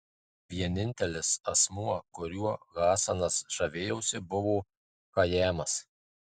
vienintelis asmuo kuriuo hasanas žavėjosi buvo chajamas